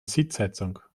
sitzheizung